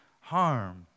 harm